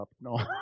No